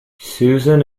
susan